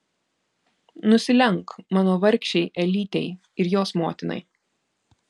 nusilenk mano vargšei elytei ir jos motinai